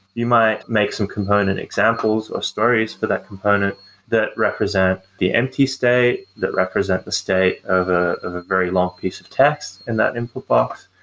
you might make some component examples of stories for that component that represent the empty state, that represent the state of ah of a very long piece of text in that input box,